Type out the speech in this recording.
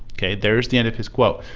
k. there's the end of his quote.